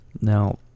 Now